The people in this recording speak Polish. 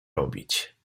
robić